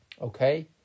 Okay